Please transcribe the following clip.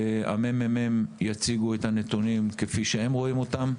הממ״מ יציגו את הנתונים כפי שהם רואים אותם,